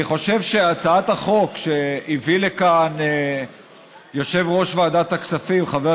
אני חושב שהצעת החוק שהביא לכאן יושב-ראש ועדת הכספים חבר